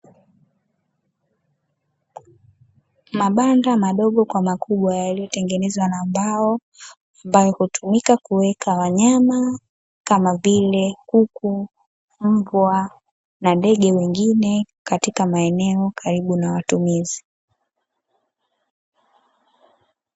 Mabanda madogo kwa makubwa yalivyotengenezwa na mbao, ambayo hutumika kuweka wanyama kama vile kuku, mbwa na ndege wengine, katika maeneo karibu na watumizi.